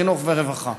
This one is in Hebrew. חינוך ורווחה.